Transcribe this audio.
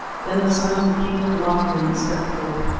then the son of the king of lochlin stepped forth.